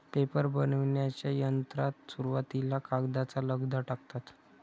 paper बनविण्याच्या यंत्रात सुरुवातीला कागदाचा लगदा टाकतात